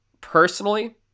personally